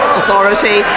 authority